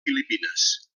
filipines